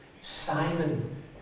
Simon